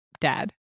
dad